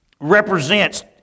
represents